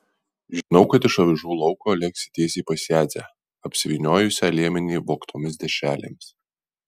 žinau kad iš avižų lauko lėksi tiesiai pas jadzę apsivyniojusią liemenį vogtomis dešrelėmis